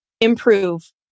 improve